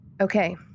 Okay